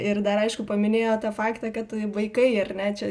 ir dar aišku paminėjo tą faktą kad vaikai ar ne čia